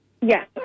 Yes